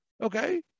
okay